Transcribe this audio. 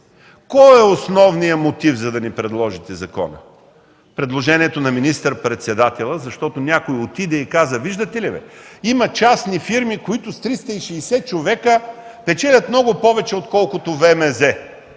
Кой е основният мотив, за да ни предложите закона? Предложението на министър-председателя, защото някой отиде и каза: „Виждате ли, има частни фирми, които с 360 човека печелят много повече, отколкото ВМЗ